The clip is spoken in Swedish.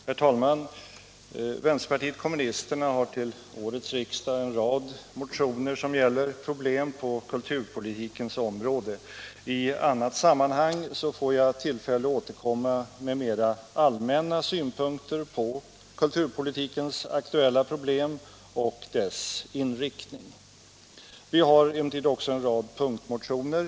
Herr talman! Vänsterpartiet kommunisterna har till årets riksdag lagt fram en rad motioner som behandlar problem på kulturpolitikens område. I annat sammanhang får jag därför tillfälle att återkomma med mera allmänna synpunkter på kulturpolitikens aktuella problem och inriktning. Vi har emellertid också en rad punktmotioner.